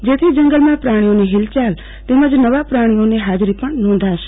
જેથી જંગલમાં પ્રાણીઓની હિલયાલ તેમજ નવા પ્રાણીઓની હાજરી પણ નોંધાશે